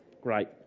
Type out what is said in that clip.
Great